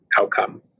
outcome